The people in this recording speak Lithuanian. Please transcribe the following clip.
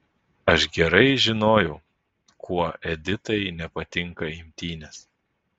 aš gerai žinojau kuo editai nepatinka imtynės